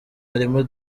harimo